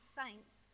saints